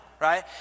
right